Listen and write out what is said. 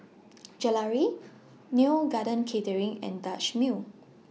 Gelare Neo Garden Catering and Dutch Mill